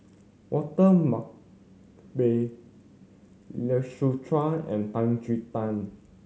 Walter Lai Siu Chiu and Tan Chin Tuan